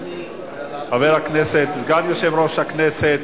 חבר הכנסת, סגן יושב-ראש הכנסת.